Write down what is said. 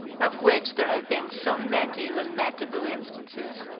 of which there have been so many lamentable instances.